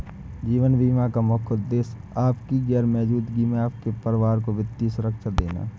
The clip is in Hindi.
जीवन बीमा का मुख्य उद्देश्य आपकी गैर मौजूदगी में आपके परिवार को वित्तीय सुरक्षा देना